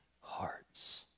hearts